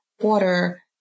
water